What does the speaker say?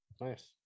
nice